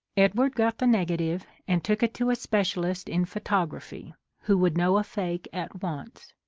edward got the negative and took it to a specialist in photography who would know a fake at once.